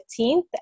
15th